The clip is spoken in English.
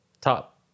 top